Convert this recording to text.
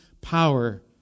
power